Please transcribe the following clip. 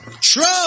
Trump